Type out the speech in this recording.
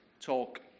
talk